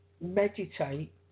meditate